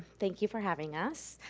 thank you for having us.